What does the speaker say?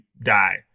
die